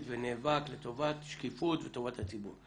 ונאבק לטובת שקיפות ולטובת הציבור.